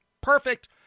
Perfect